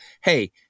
hey